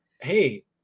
hey